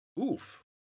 Oof